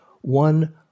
One